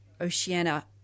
Oceana